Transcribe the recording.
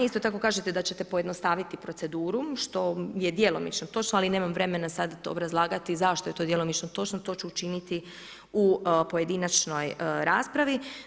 Isto tako kažete da ćete pojednostaviti proceduru što je djelomično točno ali nemam vremena sad to obrazlagati zašto je to djelomično točno, to ću učiti u pojedinačnoj raspravi.